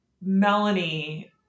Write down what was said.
Melanie